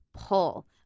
Pull